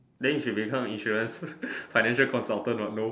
then you should become insurance financial consultant what no